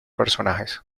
personajes